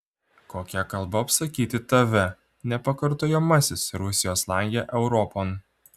kokia kalba apsakyti tave nepakartojamasis rusijos lange europon